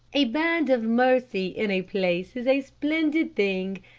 a band of mercy in a place is a splendid thing.